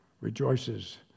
rejoices